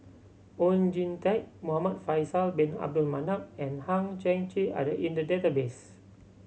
Oon Jin Teik Muhamad Faisal Bin Abdul Manap and Hang Chang Chieh are the in the database